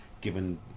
given